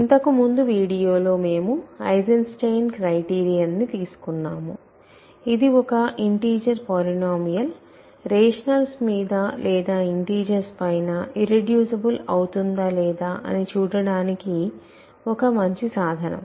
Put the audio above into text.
ఇంతకు ముందు వీడియోలో మేము ఐసెన్సెయిన్ క్రైటీరియన్ ని తీసుకున్నాము ఇది ఒక ఇంటిజర్ పాలినోమీయల్ రేషనల్స్ మీద లేదా ఇంటిజర్స్ పైన ఇర్రెడ్యూసిబుల్ అవుతుందా లేదా అని చూడడానికి ఒక మంచి సాధనం